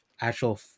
actual